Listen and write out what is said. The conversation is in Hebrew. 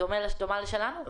דומה לשלנו?